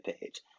page